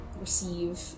receive